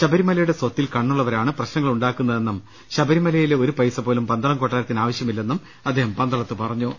ശബരിമലയുടെ സ്ഥത്തിൽ കണ്ണുള്ളവരാണ് പ്രശ്നങ്ങൾ ഉണ്ടാക്കുന്നതെന്നും ശബ രിമലയിലെ ഒരു പൈസ പോലും പന്തളം കൊട്ടാരത്തിന് ആവശ്യമില്ലെന്നും അദ്ദേഹം പന്തളത്ത് പറഞ്ഞു